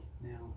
Now